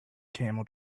camel